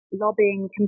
lobbying